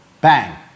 Bang